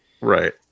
Right